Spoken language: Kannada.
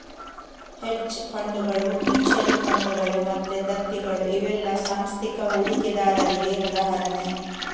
ಹೆಡ್ಜ್ ಫಂಡುಗಳು, ಮ್ಯೂಚುಯಲ್ ಫಂಡುಗಳು ಮತ್ತೆ ದತ್ತಿಗಳು ಇವೆಲ್ಲ ಸಾಂಸ್ಥಿಕ ಹೂಡಿಕೆದಾರರಿಗೆ ಉದಾಹರಣೆ